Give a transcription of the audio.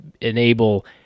enable